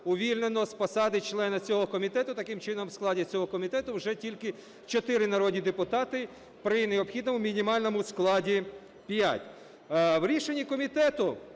увільнено з посади члена цього комітету. Таким чином, у складі цього комітету вже тільки чотири народні депутати при необхідному мінімальному складі – п'ять. В рішенні комітету,